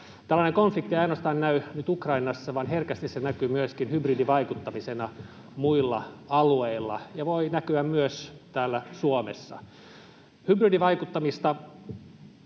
Tällainen konflikti ei ainoastaan näy nyt Ukrainassa, vaan herkästi se näkyy myöskin hybridivaikuttamisena muilla alueilla ja voi näkyä myös täällä Suomessa. Hybridivaikuttamisen